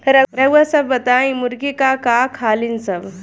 रउआ सभ बताई मुर्गी का का खालीन सब?